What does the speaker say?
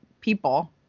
people